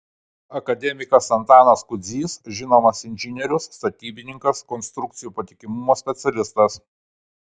akademikas antanas kudzys žinomas inžinierius statybininkas konstrukcijų patikimumo specialistas